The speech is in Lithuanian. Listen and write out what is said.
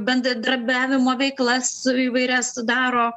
bendradarbiavimo veiklas įvairias daro